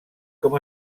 com